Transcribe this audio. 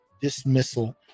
dismissal